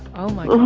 oh my